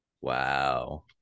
wow